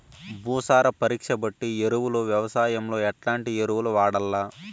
భూసార పరీక్ష బట్టి ఎరువులు వ్యవసాయంలో ఎట్లాంటి ఎరువులు వాడల్ల?